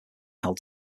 held